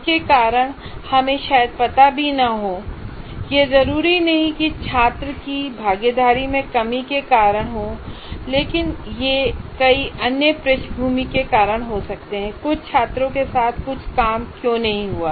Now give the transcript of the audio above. इसके कारण हमें शायद पता भी न हो यह जरूरी नहीं कि छात्र की भागीदारी में कमी के कारण हो लेकिन यह कई अन्य पृष्ठभूमि के कारण हो सकते हैं कि कुछ छात्रों के साथ कुछ काम क्यों नहीं हुआ